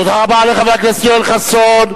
תודה רבה לחבר הכנסת יואל חסון.